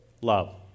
love